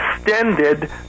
extended